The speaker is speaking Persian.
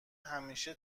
همیشه